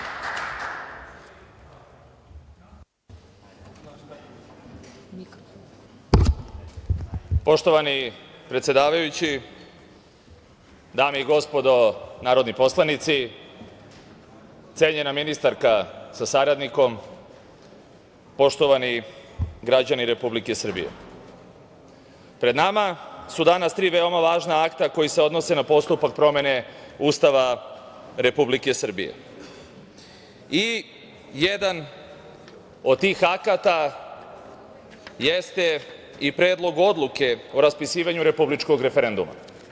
Poštovani predsedavajući, dame i gospodo narodni poslanici, cenjena ministarka sa saradnikom, poštovani građani Republike Srbije, pred nama su danas tri veoma važna akta koji se odnose na postupak promene Ustava Republike Srbije i jedan od tih akata jeste i Predlog odluke o raspisivanju republičkog referenduma.